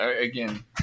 again